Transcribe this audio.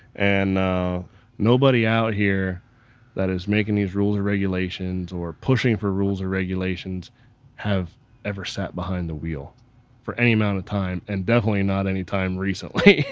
and ah nobody out here that is making these rules or regulations or is pushing for rules or regulations have ever sat behind the wheel for any amount of time and definitely not anytime recently.